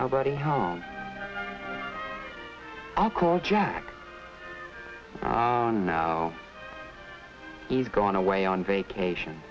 nobody home i'll call jack and now he's gone away on vacation